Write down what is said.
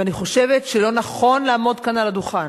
ואני חושבת שלא נכון לעמוד כאן על הדוכן,